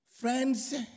Friends